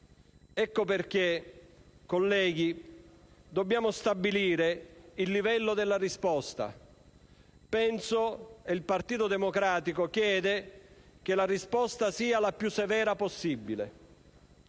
Ecco perché, colleghi, dobbiamo stabilire il livello della risposta. Penso, ed il Partito Democratico chiede, che la risposta debba essere la più severa possibile.